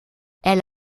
elle